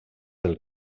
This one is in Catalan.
del